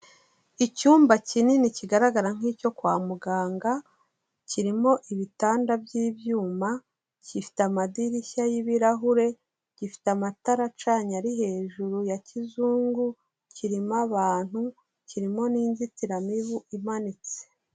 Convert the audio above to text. Icyumba kinini kigaragara nk'icyo kwa muganga, kirimo ibitanda by'ibyuma, gifite amadirishya y'ibirahure gifite amatarac yari ari hejuru ya kizungu, kirimo abantu kirimo n'inzitiramibu imanitse.